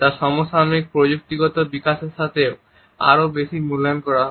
তা সমসাময়িক প্রযুক্তিগত বিকাশের সাথে আরও বেশি মূল্যায়ন করা হয়